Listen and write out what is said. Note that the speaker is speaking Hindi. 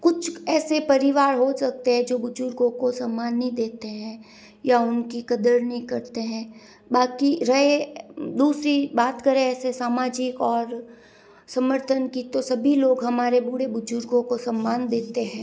कुछ ऐसे परिवार हो सकते हैं जो बुजुर्गों को सम्मान नहीं देते हैं या उनकी कदर नहीं करते हैं बाकी रहे दूसरी बात करें ऐसे सामाजिक और समर्थन की तो सभी लोग हमारे बूढ़े बुजुर्गों को सम्मान देते हैं